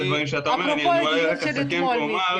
אפרופו העדויות של אתמול,